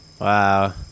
Wow